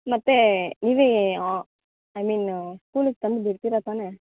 ಮತ್ತು ಇಲ್ಲಿ ಹಾಂ ಐ ಮೀನ್ ಸ್ಕೂಲಿಗೆ ತಂದುಬಿಡ್ತಿರ ತಾನೆ